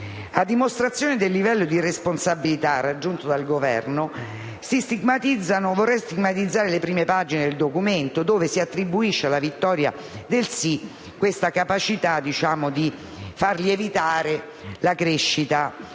A dimostrazione del livello di irresponsabilità raggiunto dal Governo vorrei stigmatizzare le prime pagine del documento, in cui si attribuisce alla vittoria del «sì» la capacità di far lievitare la crescita